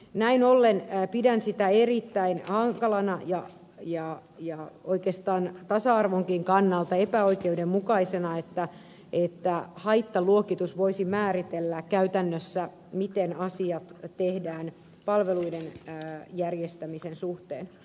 näin ollen pidän sitä erittäin hankalana ja oikeastaan tasa arvonkin kannalta epäoikeudenmukaisena että haittaluokitus voisi määritellä käytännössä miten asiat tehdään palveluiden järjestämisen suhteen